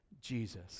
Jesus